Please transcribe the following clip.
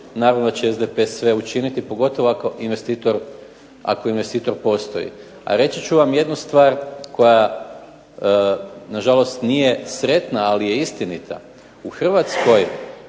naravno da će SDP sve učiniti, pogotovo ako investitor postoji. Reći ću vam jednu stvar koja nažalost nije sretna, ali je istinita. U Hrvatskoj